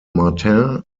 martin